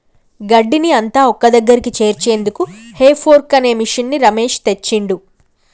గడ్డిని అంత ఒక్కదగ్గరికి చేర్చేందుకు హే ఫోర్క్ అనే మిషిన్ని రమేష్ తెచ్చిండు